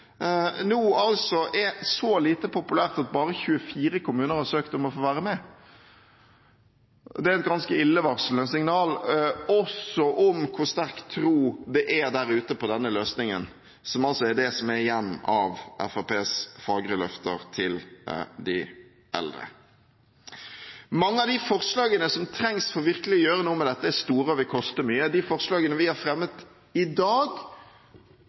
nå er så lite populært at bare 24 kommuner har søkt om å få være med. Det er et ganske illevarslende signal også om hvor sterk tro det er der ute på denne løsningen, som er det som er igjen av Fremskrittspartiet fagre løfter til de eldre. Mange av de forslagene som virkelig trengs for å gjøre noe med dette, er store og vil koste mye. De forslagene vi har fremmet i dag,